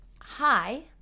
Hi